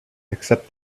except